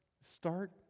start